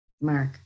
mark